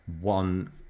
one